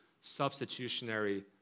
substitutionary